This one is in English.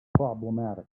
problematic